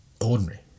ordinary